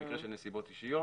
במקרה של נסיבות אישיות.